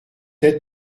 être